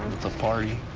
a party.